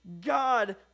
God